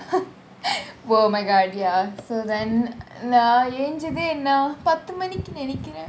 oh my god ya so then நான் எஙசந்தே என்ன பாத்து மணிகினு நெனைக்கிறேன் :naan yeanchanthey enna pathu manikinu nenaikiran